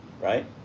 right